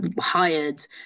hired